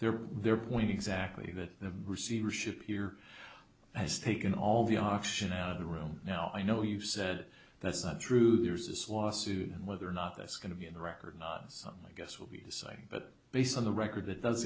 are their point exactly that the receivership here has taken all the option out of the room now i know you said that's not true there's this lawsuit and whether or not that's going to be in the record something i guess will be decided but based on the record that does